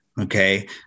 okay